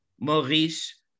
Maurice